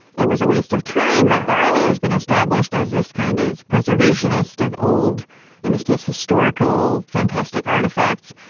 it was a waste of time that bali has been established as this kind of preservationist of old in this case, historical fantastic artifacts.